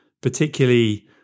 particularly